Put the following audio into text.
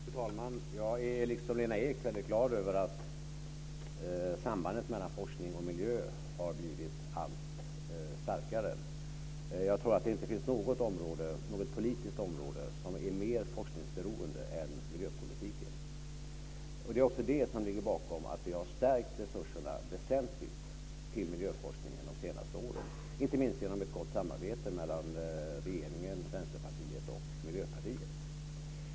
Fru talman! Jag är liksom Lena Ek väldigt glad över att sambandet mellan forskning och miljö har blivit allt starkare. Jag tror att det inte finns något område, något politiskt område, som är mer forskningsberoende än miljöpolitiken. Det är också det som ligger bakom att vi har stärkt resurserna till miljöforskningen väsentligt de senaste åren, inte minst genom ett gott samarbete mellan regeringen, Vänsterpartiet och Miljöpartiet.